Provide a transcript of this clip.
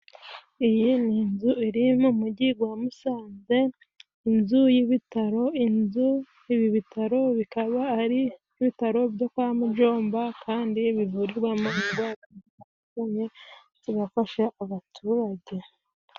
Iyi ni inzu iri mu mujyi gwa Musanze. Inzu y'ibitaro, inzu ibi bitaro bikaba ari ibitaro byo kwa Mujomba kandi bivurirwamo indwara zitandukanye zigafasha abaturage.